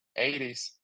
80s